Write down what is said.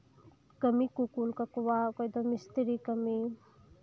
ᱠᱟᱹᱢᱤ ᱠᱚ ᱠᱩᱞ ᱠᱟᱠᱚᱣᱟ ᱚᱠᱚᱭ ᱫᱚ ᱢᱤᱥᱛᱨᱤ ᱠᱟᱹᱢᱤ